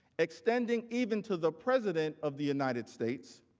extending even to the president of the united states,